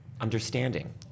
understanding